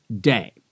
day